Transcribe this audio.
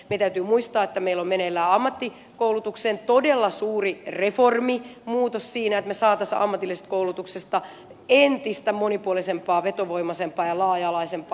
meidän täytyy muistaa että meillä on meneillään ammattikoulutuksen todella suuri reformi muutos siinä että me saisimme ammatillisesta koulutuksesta entistä monipuolisempaa vetovoimaisempaa ja laaja alaisempaa